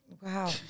Wow